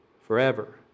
forever